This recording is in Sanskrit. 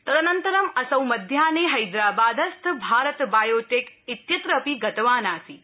तदनन्तर असौ मध्याहे हस्तिबादस्थ भारत बायोटेक इत्यत्र अपि गतवान् आसीत्